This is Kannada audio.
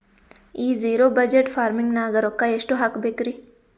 ಈ ಜಿರೊ ಬಜಟ್ ಫಾರ್ಮಿಂಗ್ ನಾಗ್ ರೊಕ್ಕ ಎಷ್ಟು ಹಾಕಬೇಕರಿ?